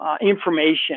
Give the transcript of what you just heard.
Information